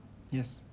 yes